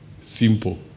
Simple